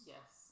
Yes